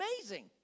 amazing